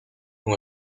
con